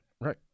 Right